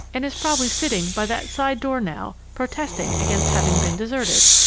and is probably sitting by that side door now, protesting against having been deserted!